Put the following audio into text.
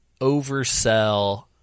oversell